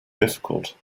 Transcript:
difficult